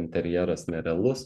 interjeras nerealus